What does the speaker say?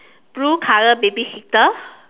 blue color baby seater